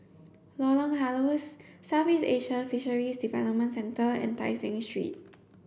Lorong Halus Southeast Asian Fisheries Development Centre and Tai Seng Street